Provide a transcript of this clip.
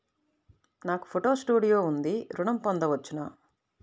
నాకు photo studio ఉంది ఋణం పొంద వచ్చునా?